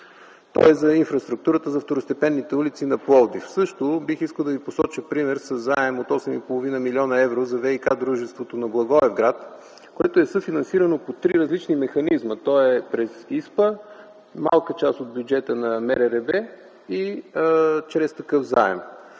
Той е за инфраструктурата, за второстепенните улици на Пловдив. Също бих искал да Ви посоча пример със заем от 8,5 млн. евро за ВиК дружеството на Благоевград, което е съфинансирано по три различни механизма - през ИСПА, малка част от бюджета на Министерството на